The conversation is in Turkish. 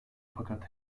fakat